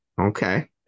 Okay